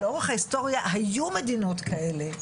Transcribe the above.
לאורך ההיסטוריה היו מדינות כאלה,